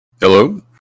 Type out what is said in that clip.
Hello